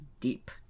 deep